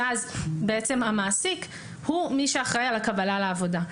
שאז בעצם המעסיק הוא מי שאחראי על הקבלה לעבודה.